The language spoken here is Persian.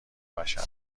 بشر